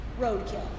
roadkill